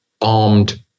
armed